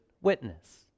witness